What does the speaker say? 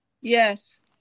Yes